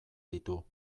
ditu